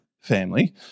family